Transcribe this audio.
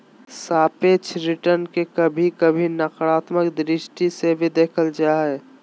सापेक्ष रिटर्न के कभी कभी नकारात्मक दृष्टि से भी देखल जा हय